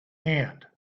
hand